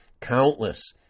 countless